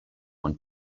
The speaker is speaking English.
when